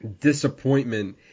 disappointment